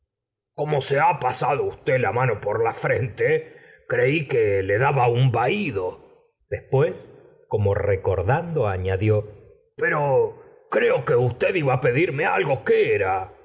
como se ha pasado usted la mano por la frente creí que le daba un vahido después como recordando añadió pero creo que usted iba á pedirme algo qué era